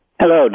Hello